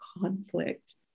conflict